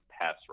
pass